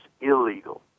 illegal